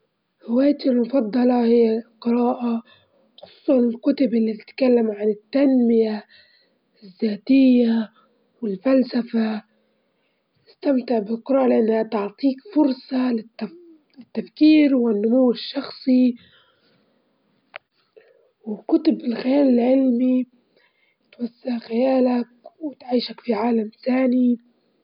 نحب نسمع أنواع الموسيقى المختلفة موسيقى حسب مزاجي أحيانًا نسمع الكلاسيكيات لما نكون بحالة هدوء، ولما نبي نكون بعيدة نبي نكون بعيدة عن دوشة العالم وفي أوقات ثانية نحب نسمع الموسيقى الحماسية.